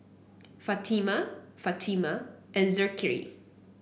Fatimah Fatimah and Zikri